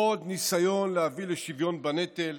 לא עוד ניסיון להביא לשוויון בנטל,